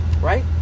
Right